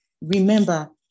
Remember